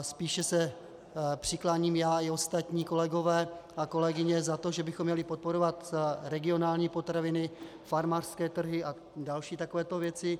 Spíše se přikláním já i ostatní kolegové a kolegyně k tomu, že bychom měli podporovat regionální potraviny, farmářské trhy a další takové věci.